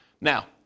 Now